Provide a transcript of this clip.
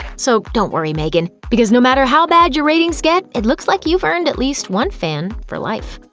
so don't worry, megyn. because no matter how bad your ratings get, it looks like you've earned at least one fan for life.